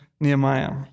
Nehemiah